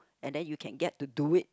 and then you can get to do it